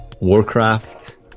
Warcraft